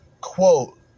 quote